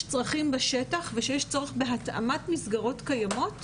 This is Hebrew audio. צרכים בשטח ושיש צורך בהתאמת מסגרות קיימות